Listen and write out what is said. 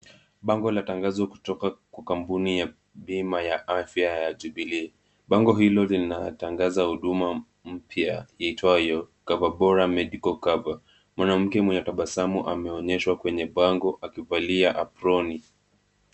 Bango la tangazo kutoka kwa kampuni ya bima ya afya ya Jubilee. Bango hilo linatangaza huduma mpya iitwayo Cover Bora Medical Cover. Mwanamke mwenye tabasamu ameonyeshwa kwenye bango akivalia aproni.